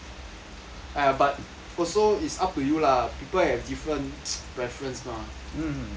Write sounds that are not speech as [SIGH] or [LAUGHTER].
!aiya! but also is up to you lah people have different [NOISE] preference mah mm